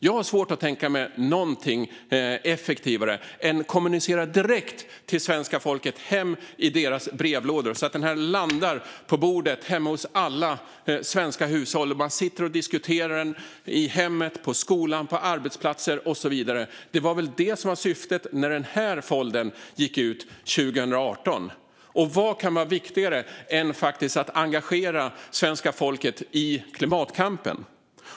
Jag har svårt att tänka mig något som är mer effektivt än att kommunicera direkt till svenska folket och hem till folks brevlådor så att broschyren landar hemma på bordet hos alla svenska hushåll. Då kan man diskutera den i hemmet, i skolan, på arbetsplatser och så vidare. Det var väl det som var syftet med den folder som gick ut 2018? Vad kan vara viktigare än att engagera svenska folket i klimatkampen?